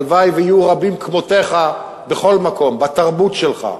הלוואי שיהיו רבים כמותך בכל מקום, בתרבות שלך,